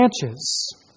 branches